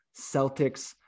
Celtics